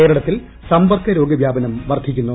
കേരളത്തിൽ സമ്പർക്ക രോഗ വ്യാപനം വർധിക്കുന്നു